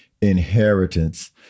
inheritance